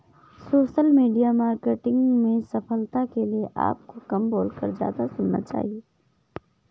social media marketing में सफलता के लिए आपको कम बोलकर ज्यादा सुनना चाहिए